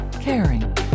caring